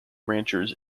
ranchers